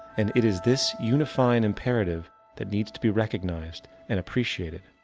and it is this unifying imperative that needs to be recognized and appreciated.